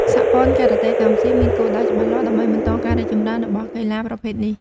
សហព័ន្ធការ៉ាតេកម្ពុជាមានគោលដៅច្បាស់លាស់ដើម្បីបន្តការរីកចម្រើនរបស់កីឡាប្រភេទនេះ។